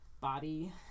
body